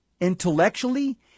intellectually